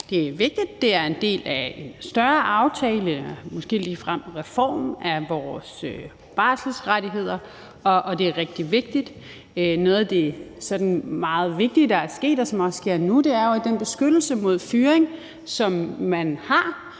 Det er vigtigt. Det er en del af en større aftale, måske ligefrem reform af vores barselsrettigheder, og det er rigtig vigtigt. Noget af det meget vigtige, der er sket, og som også sker nu, er, at den beskyttelse mod fyring, som man har,